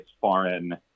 foreign